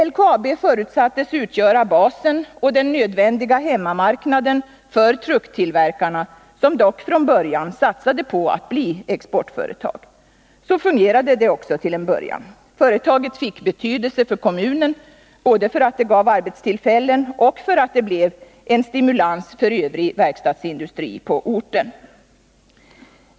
LKAB förutsattes utgöra basen och den nödvändiga hemmamarkna den för trucktillverkarna, som dock från början satsade på att bli exportföretag. Så fungerade det också till en början. Företaget fick betydelse för kommunen, både för att det gav arbetstillfällen och för att det skapade en stimulans för övrig verkstadsindustri på orten.